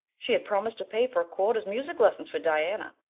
she had promised to pay for a quarter's music lessons for diana,